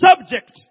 subject